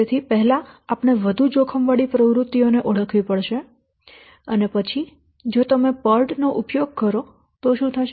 તેથી પહેલા આપણે વધુ જોખમવાળી પ્રવૃત્તિઓનો સમૂહ ઓળખવો પડશે અને પછી જો તમે PERT નો ઉપયોગ કરો તો શું થશે